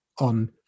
on